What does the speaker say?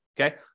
Okay